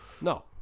no